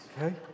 Okay